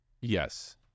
Yes